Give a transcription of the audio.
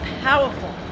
powerful